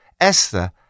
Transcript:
Esther